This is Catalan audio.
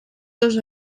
dos